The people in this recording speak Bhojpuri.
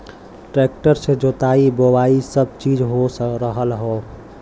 ट्रेक्टर से जोताई बोवाई सब चीज हो रहल हौ